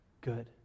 good